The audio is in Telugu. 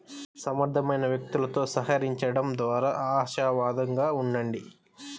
సమర్థులైన వ్యక్తులతో సహకరించండం ద్వారా ఆశావాదంగా ఉండండి